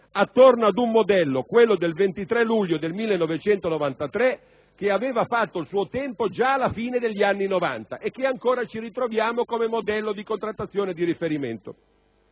attorno ad un modello (quello del 23 luglio 1993) che aveva fatto il suo tempo già alla fine degli anni '90 e che ancora ci ritroviamo come modello di contrattazione di riferimento.